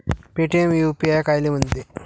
Paytm UPI कायले म्हनते?